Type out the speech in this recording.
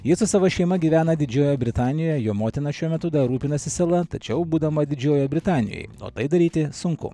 jis su savo šeima gyvena didžiojoje britanijoje jo motina šiuo metu dar rūpinasi sala tačiau būdama didžiojoje britanijoj o tai daryti sunku